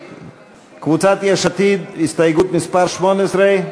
קבוצת יש עתיד, הסתייגות מס' 18?